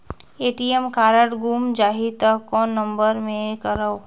ATM card गुम जाही त कौन नम्बर मे करव?